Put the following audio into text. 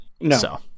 No